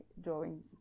drawing